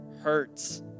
hurts